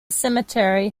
cemetery